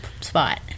spot